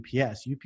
ups